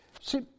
see